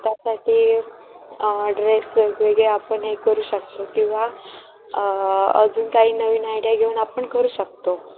त्यासाठी ड्रेस वेगवेगळे आपण हे करू शकतो किंवा अजून काही नवीन आयडिया घेऊन आपण करू शकतो